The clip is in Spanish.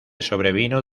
sobrevino